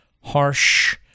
harsh